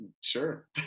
Sure